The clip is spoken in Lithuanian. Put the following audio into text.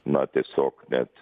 na tiesiog net